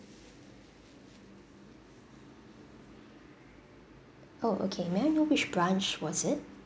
oh okay may I know which branch was it